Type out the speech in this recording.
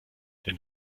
denn